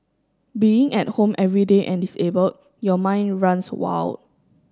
being at home every day and disabled your mind runs wild